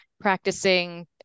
practicing